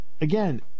Again